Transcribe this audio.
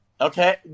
Okay